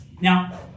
Now